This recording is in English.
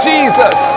Jesus